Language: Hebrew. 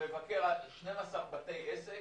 מבקר עד 12 בתי עסק,